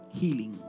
healing